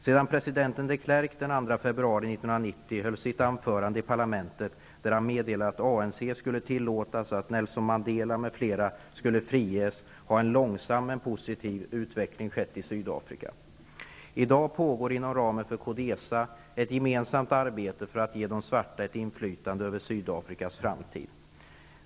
Sedan president de Klerk den 2 februari 1990 höll sitt anförande i parlamentet där han meddelade att ANC skulle tillåtas och att Nelson Mandela m.fl. skulle friges, har en långsam men positiv utveckling skett i Sydafrika. I dag pågår inom ramen för Codesa ett gemensamt arbete för att ge de svarta ett inflytande över Sydafrikas framtid.